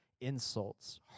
insults